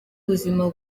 ubuzima